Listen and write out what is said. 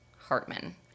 Hartman